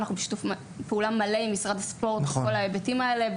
אנחנו נמצאים בשיתוף פעולה מלא עם משרד הספורט בכל ההיבטים האלה,